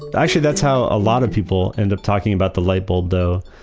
actually that's how a lot of people end up talking about the light bulb though.